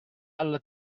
alla